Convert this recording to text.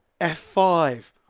F5